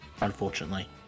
Unfortunately